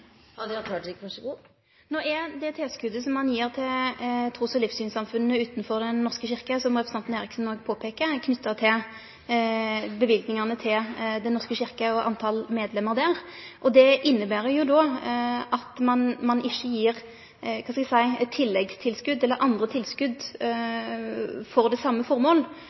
er det tilskotet som ein gjev til trus- og livssynssamfunna utanfor Den norske kyrkja – som representanten Eriksen òg påpeiker – knytte til løyvingane til Den norske kyrkja og talet på medlemmer der. Det inneber då at ein ikkje gjev – kva skal eg seie – tilleggstilskot eller andre tilskot til det same